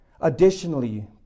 Additionally